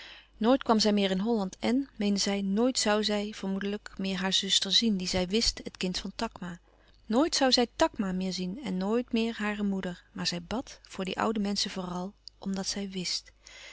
nooit kwam zij meer in holland en meende zij nooit zoû zij vermoedelijk meer haar zuster zien die zij wist het kind van takma nooit zoû zij takma meer zien en nooit meer hare moeder maar zij bad voor die oude menschen vooral omdat zij wist